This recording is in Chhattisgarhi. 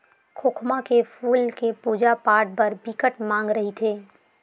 खोखमा के फूल के पूजा पाठ बर बिकट मांग रहिथे